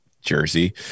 Jersey